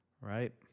right